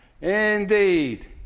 Indeed